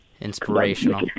Inspirational